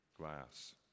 glass